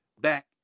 Back